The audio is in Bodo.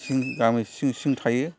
सिं गामि सिं सिं थायो